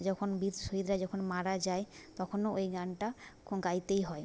যখন বীর শহিদরা যখন মারা যায় তখনও ওই গানটা গাইতেই হয়